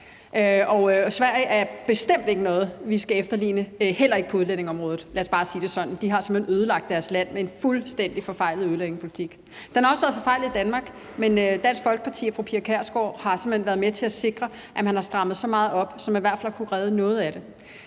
og Sverige er bestemt ikke noget, vi skal efterligne – heller ikke på udlændingeområdet, lad os bare sige det sådan. De har simpelt hen ødelagt deres land med en fuldstændig forfejlet udlændingepolitik. Den har også været forfejlet i Danmark, men Dansk Folkeparti og fru Pia Kjærsgaard har simpelt hen været med til at sikre, at man har strammet så meget op, at man i hvert fald har kunnet redde noget af det.